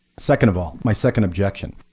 second of all, my second objection.